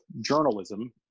journalism